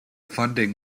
funding